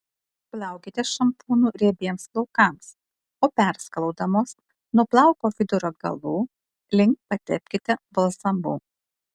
plaukite šampūnu riebiems plaukams o perskalaudamos nuo plauko vidurio galų link patepkite balzamu